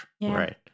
Right